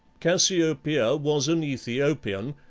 cassiopeia was an aethiopian,